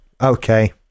Okay